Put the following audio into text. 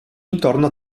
intorno